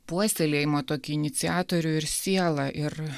puoselėjimo tokį iniciatorių ir sielą ir